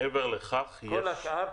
וכל השאר?